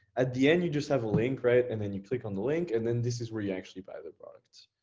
at the end, you just have a link. and then you click on the link and then this is where you actually buy the products.